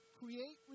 create